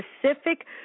specific